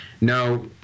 No